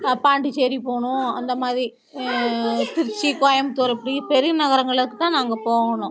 பாண்டிச்சேரி போகணும் அந்த மாதிரி திருச்சி கோயம்புத்தூர் இப்படி பெரிய நகரங்களுக்கு தான் நாங்கள் போகணும்